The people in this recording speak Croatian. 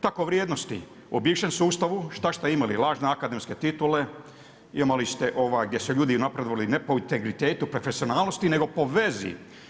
Tako vrijednosti o bivšem sustavu, šta ste imali, lažne akademske titule, imali ste gdje su ljudi napredovali ne po integritetu i profesionalnosti nego po vezi.